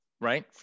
Right